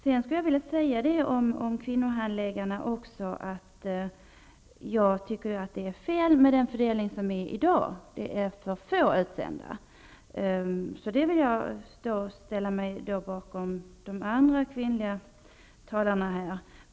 Beträffande kvinnohandläggarna tycker jag den fördelning som finns i dag är felaktig. Det är för få utsända. Jag vill i det fallet ställa mig bakom de andra kvinnliga talarna här.